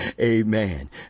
Amen